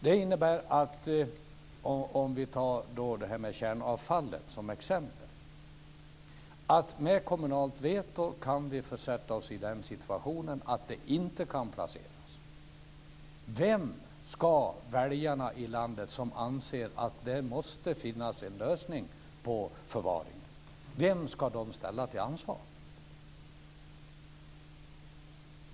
Det innebär att det kommunala vetot försätter oss i den situationen att kärnavfallet inte kan placeras. Vem ska väljarna i landet som anser att det måste finnas en lösning på förvaringen ställa till ansvar?